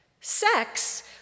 sex